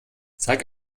sag